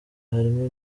harimo